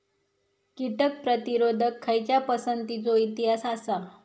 कीटक प्रतिरोधक खयच्या पसंतीचो इतिहास आसा?